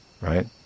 right